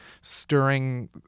stirring